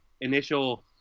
initial